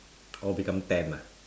all become tan ah